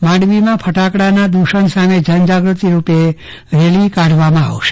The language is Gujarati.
માંડવીમાં ફટાકડાના દૂષણ સામે જનજાગૃતિ રૂપે રેલી કાઢવામાં આવશે